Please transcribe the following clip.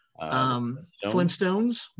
Flintstones